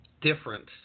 difference